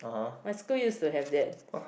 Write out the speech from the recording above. my school used to have that